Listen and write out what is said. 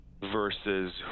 versus